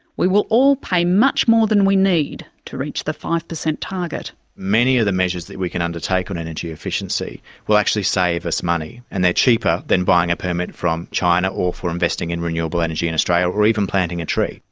we will all pay much more than we need to reach the five per cent target. many of the measures that we can undertake on energy efficiency will actually save us money and they're cheaper than buying a permit from china or for investing in renewable energy in australia or even planting a tree.